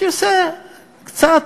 שיעשה קצת,